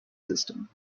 system